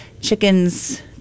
chickens